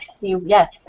Yes